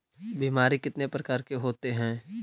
बीमारी कितने प्रकार के होते हैं?